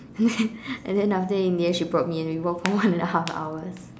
and then after in the end she brought me and we walked for one and a half hours